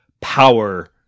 power